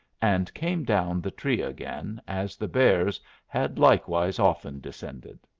and came down the tree again, as the bears had likewise often descended.